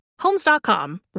Homes.com